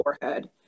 forehead